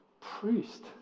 priest